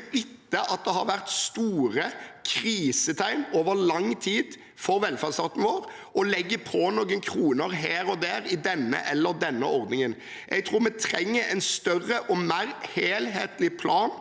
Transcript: – etter at det har vært store krisetegn over lang tid for velferdsstaten vår – kommer og legger på noen kroner her og der i den eller den ordningen. Jeg tror vi trenger en større og mer helhetlig plan